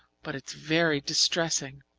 but it's very distressing.